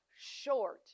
short